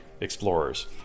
explorers